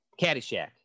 Caddyshack